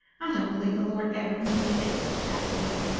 i don't believe the lord ever intended it, that's what.